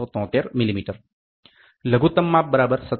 8973 mm લઘુત્તમ માપ 57